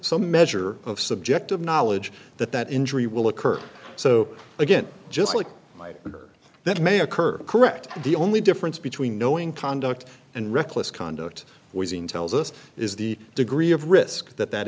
some measure of subjective knowledge that that injury will occur so again just like my better that may occur correct the only difference between knowing conduct and reckless conduct wheezing tells us is the degree of risk that that